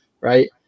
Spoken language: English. right